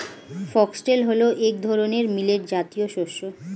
foxtail হল এক ধরনের মিলেট জাতীয় শস্য